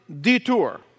detour